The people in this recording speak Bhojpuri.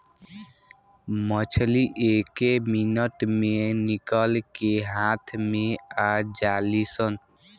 मछली एके मिनट मे निकल के हाथ मे आ जालीसन